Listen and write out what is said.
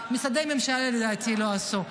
משרדי ממשלה לדעתי לא עשו.